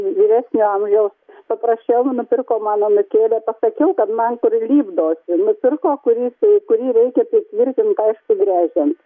vyresnio amžiaus paprašiau nupirko man anūkėlė pasakiau kad man kur lipdosi nupirko kuris jai kurį reikia pritvirtint aišku gręžiant